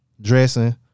dressing